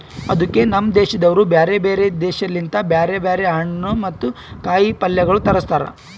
ಅದುಕೆ ನಮ್ ದೇಶದವರು ಬ್ಯಾರೆ ಬ್ಯಾರೆ ದೇಶ ಲಿಂತ್ ಬ್ಯಾರೆ ಬ್ಯಾರೆ ಹಣ್ಣು ಮತ್ತ ಕಾಯಿ ಪಲ್ಯಗೊಳ್ ತರುಸ್ತಾರ್